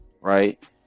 right